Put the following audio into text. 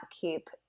keep